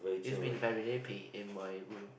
is been very nappy in my room